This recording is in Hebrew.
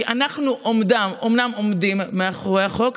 כי אנחנו אומנם עומדים מאחורי החוק,